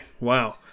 Wow